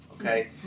okay